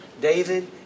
David